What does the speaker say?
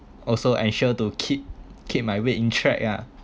also ensure to keep keep my weight in check ah